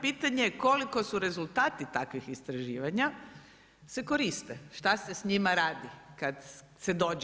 Pitanje je koliko su rezultati takvih istraživanja se koriste, šta se s njima radi kad se dođe.